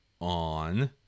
On